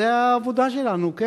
זאת העבודה שלנו,